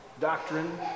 doctrine